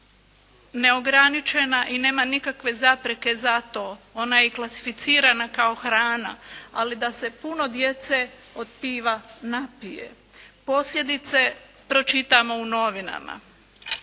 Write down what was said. neograničena i nema nikakve zapreke za to. Ona je klasificirana kao hrana, ali da se puno djece od piva napije. Posljedice pročitamo u novinama.